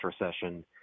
recession